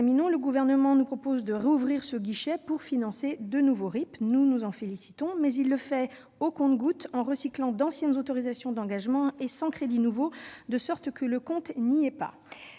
le Gouvernement nous propose de rouvrir ce guichet pour financer de nouveaux RIP. Nous nous en félicitons, mais il le fait au compte-gouttes en recyclant d'anciennes autorisations d'engagement et sans crédits nouveaux, de sorte que le compte n'y est pas.